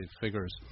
figures